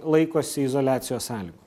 laikosi izoliacijos sąlygų